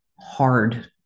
hard